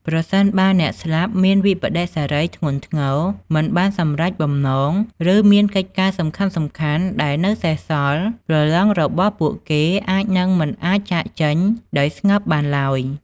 ប្រសិនបើអ្នកស្លាប់មានវិប្បដិសារីធ្ងន់ធ្ងរ មិនបានសម្រេចបំណង ឬមានកិច្ចការសំខាន់ៗដែលនៅសេសសល់ ព្រលឹងរបស់ពួកគេអាចនឹងមិនអាចចាកចេញដោយស្ងប់បានឡើយ។